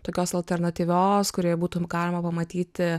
tokios alternatyvios kurioje būtų galima pamatyti